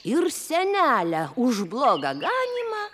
ir senelę už blogą ganymą